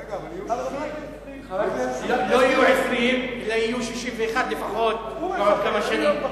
לא יהיו 20, אלא יהיו 61 לפחות, בעוד כמה שנים.